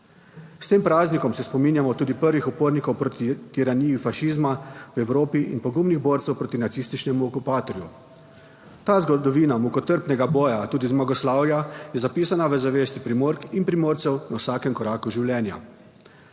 S tem praznikom se spominjamo tudi prvih upornikov proti tiraniji fašizma v Evropi in pogumnih borcev proti nacističnemu okupatorju. Ta zgodovina mukotrpnega boja, tudi zmagoslavja, je zapisana v zavesti Primork in Primorcev na vsakem koraku življenja.